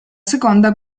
seconda